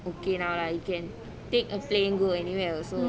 okay now lah you can take a plane go anywhere also